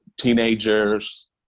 teenagers